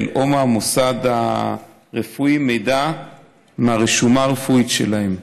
או מהמוסד הרפואי מידע מהרשומה הרפואית שלהם,